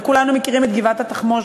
וכולנו מכירים את גבעת-התחמושת.